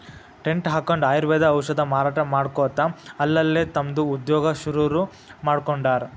tent ಹಕ್ಕೊಂಡ್ ಆಯುರ್ವೇದ ಔಷಧ ಮಾರಾಟಾ ಮಾಡ್ಕೊತ ಅಲ್ಲಲ್ಲೇ ತಮ್ದ ಉದ್ಯೋಗಾ ಶುರುರುಮಾಡ್ಕೊಂಡಾರ್